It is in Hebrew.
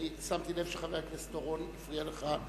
אני שמתי לב שחבר הכנסת אורון הפריע לך,